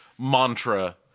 mantra